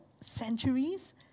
centuries